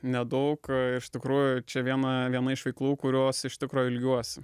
nedaug iš tikrųjų čia viena viena iš veiklų kurios iš tikro ilgiuosi